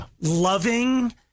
loving